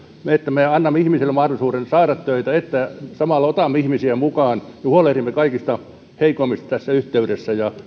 siitä että me annamme ihmisille mahdollisuuden saada töitä että samalla otamme ihmisiä mukaan ja huolehdimme kaikista heikoimmista tässä yhteydessä